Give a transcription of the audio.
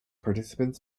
participants